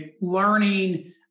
learning